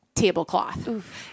tablecloth